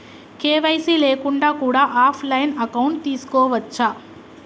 KYC లేకుండా కూడా offline account తీసుకోవచ్చా?